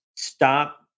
stop